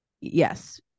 Yes